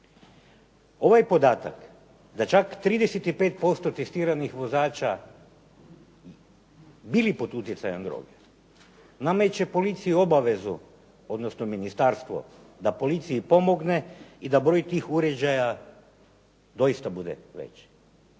Ovaj podatak da čak 35% testiranih vozača su bili pod utjecajem droge nameće policiji obavezu odnosno ministarstvu da policiji pomogne i da broj tih uređaja doista bude veći,